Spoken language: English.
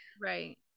Right